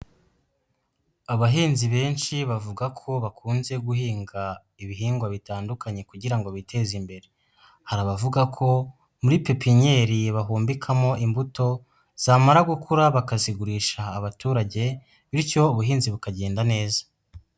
Abahinzi benshi bavuga ko bakunze guhinga ibihingwa bitandukanye kugira ngo biteze imbere. Hari abavuga ko muri pipinyeri bahumbikamo imbuto, zamara gukura bakazigurisha abaturage bityo ubuhinzi bukagenda neza.